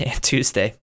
tuesday